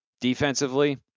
Defensively